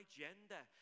gender